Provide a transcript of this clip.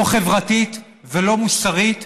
לא חברתית ולא מוסרית,